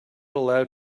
allowed